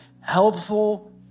helpful